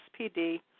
SPD